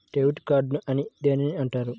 Debit card అని దేనిని అంటారు?